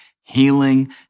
healing